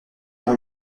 ont